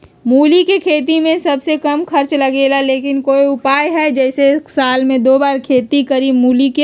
मूली के खेती में सबसे कम खर्च लगेला लेकिन कोई उपाय है कि जेसे साल में दो बार खेती करी मूली के?